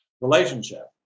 relationship